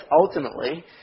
ultimately